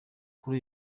kuri